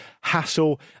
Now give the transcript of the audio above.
hassle